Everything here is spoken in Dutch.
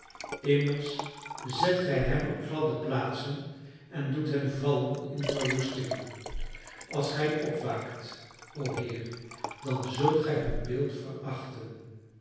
immers zet gij hen op gladde plaatsen en doet hen vallen in verwoestingen als gij opwaakt o heer dan zult gij hun beeld verachten